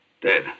Dead